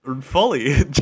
fully